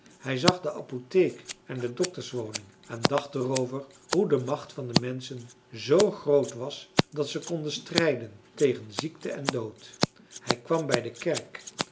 hij zag de apotheek en de dokterswoning en dacht er over hoe de macht van de menschen z groot was dat ze konden strijden tegen ziekte en dood hij kwam bij de kerk